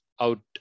out